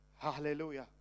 hallelujah